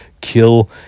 kill